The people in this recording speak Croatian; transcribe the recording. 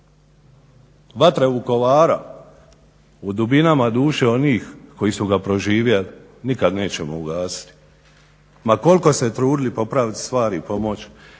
Vatra Vukovara u dubinama duše onih koji su ga proživjeli nikad nećemo ugasiti. Ma koliko se trudili popraviti stvari, pomoć,